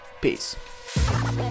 Peace